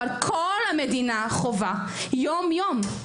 אבל כל המדינה חווה יום-יום.